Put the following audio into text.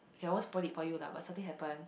I won't spoil it for you lah but something happens